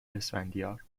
اسفندیار